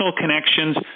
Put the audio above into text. connections